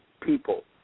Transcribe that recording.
people